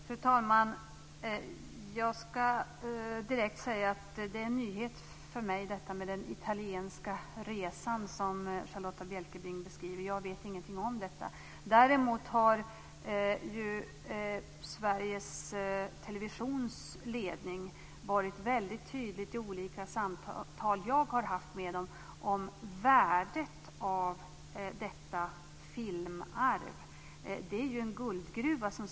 Fru talman! Jag ska direkt säga att detta med den italienska resan som Charlotta L Bjälkebring beskriver är en nyhet för mig. Jag vet ingenting om detta. Däremot har Sveriges Televisions ledning varit väldigt tydlig i olika samtal som jag har haft med den när det gäller värdet av detta filmarv.